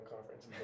conference